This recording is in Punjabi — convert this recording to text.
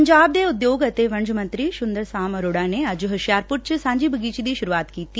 ਪੰਜਾਬ ਦੇ ਉਦਯੋਗ ਅਤੇ ਵਣਜ ਮੰਤਰੀ ਸੁੰਦਰ ਸ਼ਾਮ ਅਰੋੜਾ ਨੇ ਅੱਜ ਹੁਸ਼ਿਆਰਪੁਰ ਚ ਸਾਂਝੀ ਬਗੀਚੀ ਦੀ ਸੁਰੁਆਤ ਕੀਤੀ